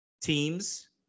teams